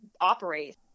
operate